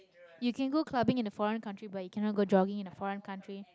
you can go clubbing in a foreign country but you cannot go jogging in a foreign country